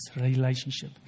relationship